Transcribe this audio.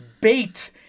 bait